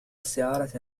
استعارة